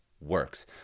works